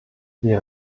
wir